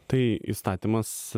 tai įstatymas